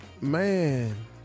Man